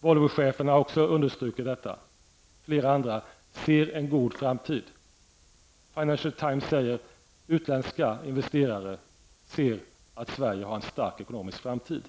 Volvochefen har också understrukit detta, och flera andra ser en god framtid. Financial Times säger att utländska investerare ser att Sverige har en stark ekonomisk framtid.